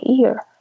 ear